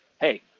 hey